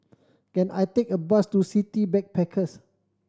can I take a bus to City Backpackers